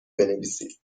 بنویسید